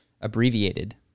abbreviated